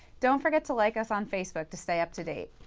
don't forget to like us on facebook to stay up to date.